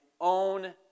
own